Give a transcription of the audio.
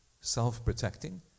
self-protecting